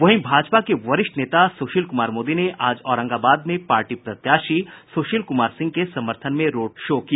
वहीं भाजपा के वरिष्ठ नेता सुशील कुमार मोदी ने आज औरंगाबाद में पार्टी प्रत्याशी सुशील कुमार सिंह के समर्थन में रोड शो किया